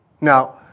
Now